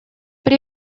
при